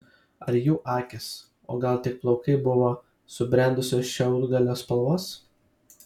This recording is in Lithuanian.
ar jų akys o gal tik plaukai buvo subrendusio šiaudgalio spalvos